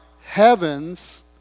heaven's